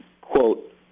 quote